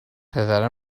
پدر